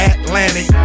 Atlantic